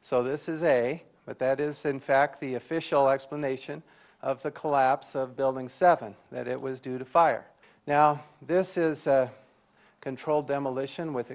so this is a but that is in fact the official explanation of the collapse of building seven that it was due to fire now this is a controlled demolition with